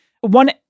One